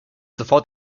sofort